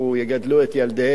יגדלו את ילדיהם.